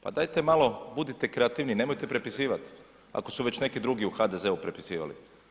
Pa dajte malo budite kreativniji, nemojte prepisivati ako se već neki drugi u HDZ-u prepisivali.